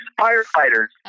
firefighters